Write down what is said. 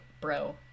bro